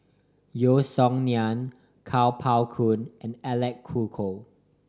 Yeo Song Nian Kuo Pao Kun and Alec Kuok